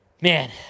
Man